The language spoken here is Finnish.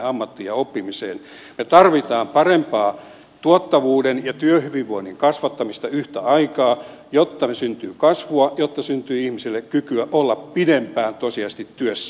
me tarvitsemme parempaa tuottavuuden ja työhyvinvoinnin kasvattamista yhtä aikaa jotta meille syntyy kasvua jotta syntyy ihmisille kykyä olla pidempään tosiasiallisesti työssä